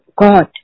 God